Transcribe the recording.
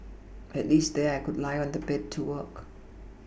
at least there I could lie on the bed to work